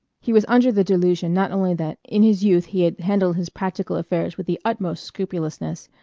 he was under the delusion not only that in his youth he had handled his practical affairs with the utmost scrupulousness,